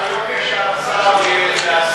מה שאני יכול להגיד לך,